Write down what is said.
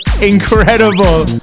incredible